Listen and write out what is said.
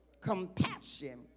compassion